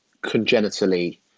congenitally